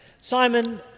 Simon